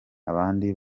abandi